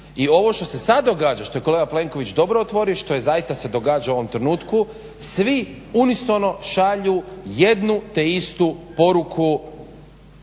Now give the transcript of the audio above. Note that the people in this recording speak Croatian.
I ovo što se sad događa, što je kolega Plenković dobro otvorio i što zaista se događa u ovom trenutku svi unisono šalju jednu te istu poruku